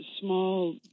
small